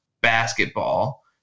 basketball